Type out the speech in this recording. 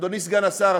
אדוני סגן השר,